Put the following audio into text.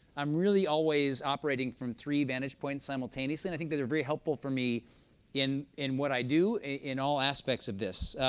i'm really always operating from three vantage points simultaneously, and think those are very helpful for me in in what i do in all aspects of this.